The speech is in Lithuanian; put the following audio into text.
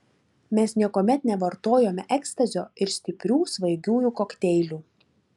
mes niekuomet nevartojome ekstazio ir stiprių svaigiųjų kokteilių